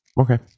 okay